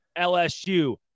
LSU